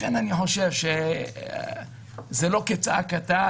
לכן אני חושב שזה לא כצעקתה,